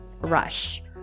rush